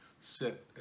sit